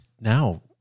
now